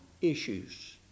issues